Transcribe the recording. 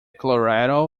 colorado